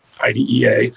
IDEA